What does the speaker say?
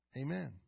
Amen